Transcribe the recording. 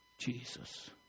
Jesus